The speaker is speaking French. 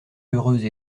heureuse